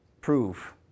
prove